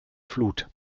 flut